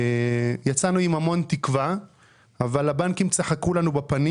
יצאנו עם המון תקווה אבל הבנקים צחקו לנו בפנים